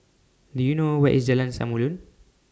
Do YOU know Where IS Jalan Samulun